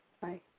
Bye